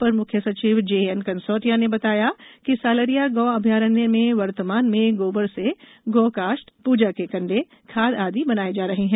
अपर मुख्य सचिव J N Kansotia ने बताया कि सालरिया गो अभ्यारण्य में वर्तमान में गोबर से गो काष्ठ पूजा के कंडे खाद आदि बनाए जा रहे हैं